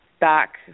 back